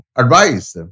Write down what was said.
advice